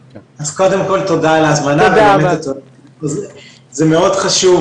קודם כל, תודה על ההזמנה, הנושא הזה מאוד חשוב,